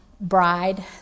bride